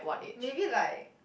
maybe like